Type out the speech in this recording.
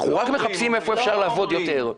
אנחנו רק מחפשים איפה אפשר לעבוד יותר.